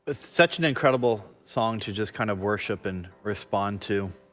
such an incredible song to just kind of worship and respond to